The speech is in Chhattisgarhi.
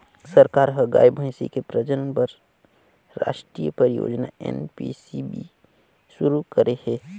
सरकार ह गाय, भइसी के प्रजनन बर रास्टीय परियोजना एन.पी.सी.बी.बी सुरू करे हे